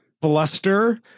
bluster